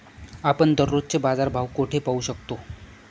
आपण दररोजचे बाजारभाव कोठे पाहू शकतो?